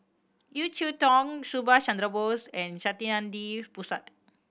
Yeo Cheow Tong Subhas Chandra Bose and Saktiandi Supaat